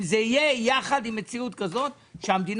אם זה יהיה יחד עם מציאות כזו שהמדינה